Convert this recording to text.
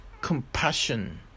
compassion